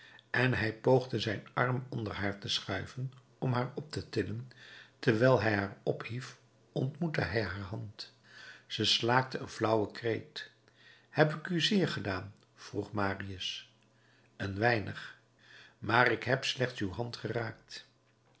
en hij poogde zijn arm onder haar te schuiven om haar op te tillen terwijl hij haar ophief ontmoette hij haar hand zij slaakte een flauwen kreet heb ik u zeer gedaan vroeg marius een weinig maar ik heb slechts uw hand